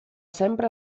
sempre